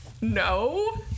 no